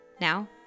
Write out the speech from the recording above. Now